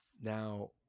Now